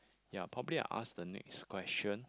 ya probably I'll ask the next question